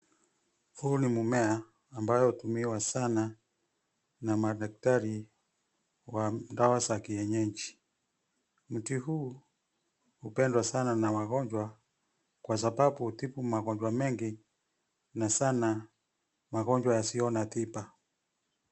Huu ni mmea ambayo hutumiwa sana na madaktari wa dawa za kienyeji. Mti huu hupendwa sana na wagonjwa kwa sababu hutibu magonjwa mengi na sana magonjwa yasiyo na tiba.